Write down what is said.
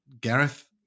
Gareth